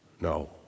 No